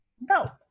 no